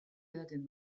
edaten